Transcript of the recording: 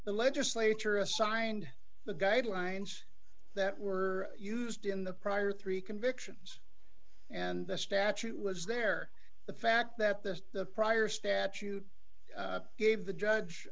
the legislature assigned the guidelines that were used in the prior three convictions and the statute was there the fact that this the prior statute gave the judge